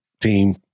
team